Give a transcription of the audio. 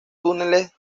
túneles